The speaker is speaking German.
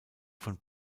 von